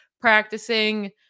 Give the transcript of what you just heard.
practicing